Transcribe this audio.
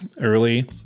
early